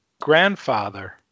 grandfather